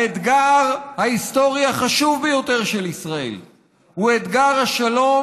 האתגר ההיסטורי החשוב ביותר של ישראל הוא אתגר השלום